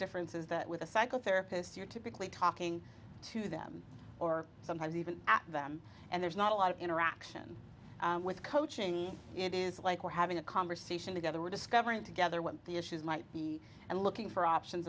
difference is that with a psychotherapist you're typically talking to them or sometimes even at them and there's not a lot of interaction with coaching it is like we're having a conversation together we're discovering together what the issues might be and looking for options